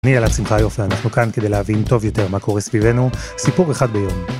אני אלעד שמחיוף ואנחנו כאן כדי להבין טוב יותר מה קורה סביבנו, סיפור אחד ביום.